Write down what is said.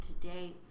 today